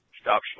stop